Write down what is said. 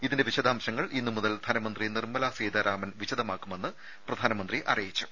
ഇതിന്റെ വിശദാംശങ്ങൾ ഇന്നുമുതൽ ധനമന്ത്രി നിർമ്മലാ സീതാരാമൻ വിശദമാക്കുമെന്ന് പ്രധാനമന്ത്രി അറിയിച്ചു